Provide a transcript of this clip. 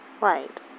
right